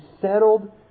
settled